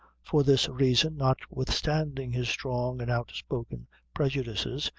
for this reason, notwithstanding his strong and out-spoken prejudices,